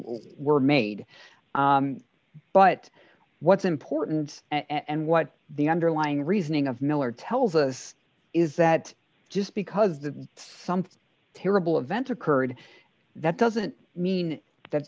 were made but what's important and what the underlying reasoning of miller tells us is that just because the something terrible event occurred that doesn't mean that